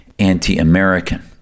anti-American